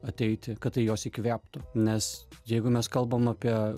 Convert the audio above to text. ateiti kad tai juos įkvėptų nes jeigu mes kalbam apie